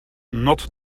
not